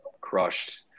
crushed